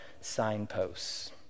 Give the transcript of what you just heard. signposts